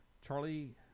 Charlie